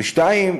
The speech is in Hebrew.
ו-2.